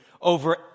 over